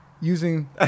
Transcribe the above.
using